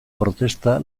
protesta